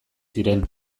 ziren